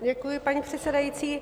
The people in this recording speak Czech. Děkuji, paní předsedající.